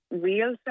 real